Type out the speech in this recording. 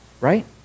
right